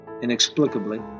Inexplicably